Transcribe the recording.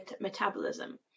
metabolism